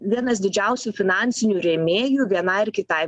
vienas didžiausių finansinių rėmėjų vienai ar kitai